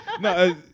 No